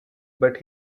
but